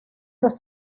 los